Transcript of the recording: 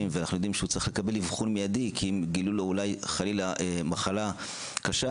למרות שהם צריכים לקבל אבחון מיידי במידה ומדובר במחלה קשה,